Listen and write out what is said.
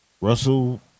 Russell